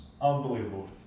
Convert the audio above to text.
unbelievable